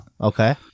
Okay